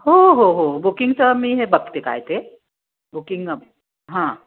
हो हो हो बुकिंगचं मी हे बघते काय ते बुकिंग हां